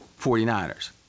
49ers